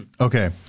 okay